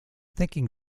thinking